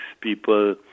people